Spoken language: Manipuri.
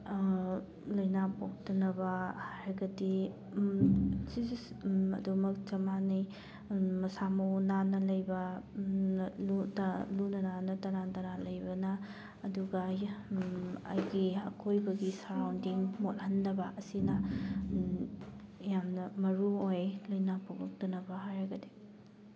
ꯂꯥꯏꯅꯥ ꯄꯣꯛꯇꯅꯕ ꯍꯥꯏꯔꯒꯗꯤ ꯁꯤꯁꯨ ꯑꯗꯨꯃꯛ ꯆꯞ ꯃꯥꯟꯅꯩ ꯃꯁꯥ ꯃꯎ ꯅꯥꯟꯅ ꯂꯩꯕ ꯂꯨꯅ ꯅꯥꯟꯅ ꯇꯅꯥꯟ ꯇꯅꯥꯟ ꯂꯩꯕꯅ ꯑꯗꯨꯒ ꯑꯩꯒꯤ ꯑꯀꯣꯏꯕꯒꯤ ꯁꯔꯥꯎꯟꯗꯤꯡ ꯃꯣꯠꯍꯟꯗꯕ ꯑꯁꯤꯅ ꯌꯥꯝꯅ ꯃꯔꯨꯑꯣꯏ ꯂꯥꯏꯅꯥ ꯄꯣꯛꯂꯛꯇꯅꯕ ꯍꯥꯏꯔꯒꯗꯤ